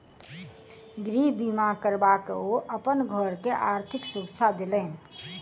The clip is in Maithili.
गृह बीमा करबा के ओ अपन घर के आर्थिक सुरक्षा देलैन